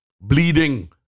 Bleeding